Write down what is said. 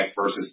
versus